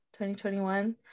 2021